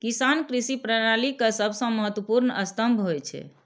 किसान कृषि प्रणाली के सबसं महत्वपूर्ण स्तंभ होइ छै